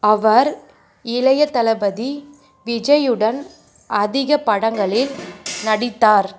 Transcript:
அவர் இளைய தளபதி விஜய்யுடன் அதிக படங்களில் நடித்தார்